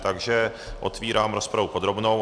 Takže otvírám rozpravu podrobnou.